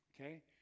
okay